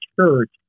church